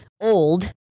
old